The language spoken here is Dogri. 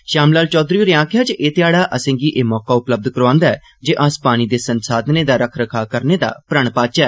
षाम लाल चौंघरी होरें आक्खेआ जे एह ध्याड़ा असें गी एह मौका उपलब्ध करौआन्दा ऐ जे अस पानी दे संसाधनें दा रक्ख रखाव करने दा प्रण पाचै